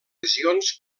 regions